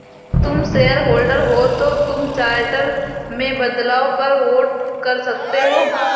तुम शेयरहोल्डर हो तो तुम चार्टर में बदलाव पर वोट कर सकते हो